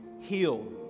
heal